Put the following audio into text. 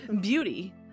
Beauty